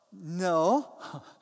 no